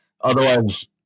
otherwise